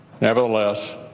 Nevertheless